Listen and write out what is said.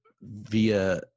via